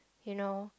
you know